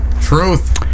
Truth